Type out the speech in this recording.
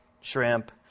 shrimp